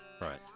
Right